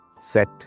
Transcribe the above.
set